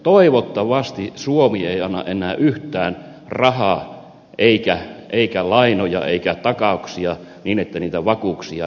toivottavasti suomi ei anna enää yhtään rahaa eikä lainoja eikä takauksia niin että niitä vakuuksia ei edes tarvita